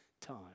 time